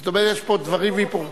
כלומר, יש פה דברים והיפוכם.